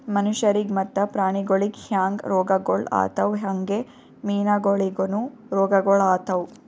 ಮನುಷ್ಯರಿಗ್ ಮತ್ತ ಪ್ರಾಣಿಗೊಳಿಗ್ ಹ್ಯಾಂಗ್ ರೋಗಗೊಳ್ ಆತವ್ ಹಂಗೆ ಮೀನುಗೊಳಿಗನು ರೋಗಗೊಳ್ ಆತವ್